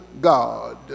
God